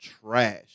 trash